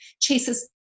chases